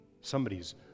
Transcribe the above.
somebody's